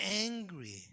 angry